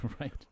right